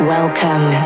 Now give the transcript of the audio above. Welcome